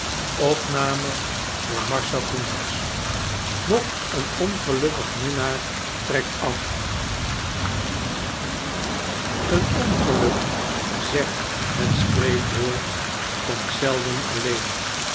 nog een ongelukkig minnaar trekt af een ongeluk zegt het spreekwoord komt zelden alleen